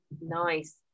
nice